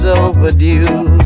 overdue